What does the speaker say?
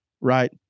right